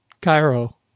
Cairo